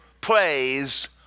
plays